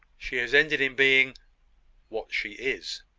she has ended in being what she is,